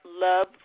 Love